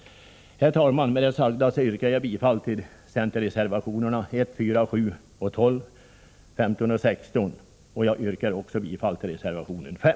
Herr talman! Med det sagda yrkar jag bifall till centerreservationerna 1,4, 7, 12, 14 och 15. Jag yrkar också bifall till reservation 5.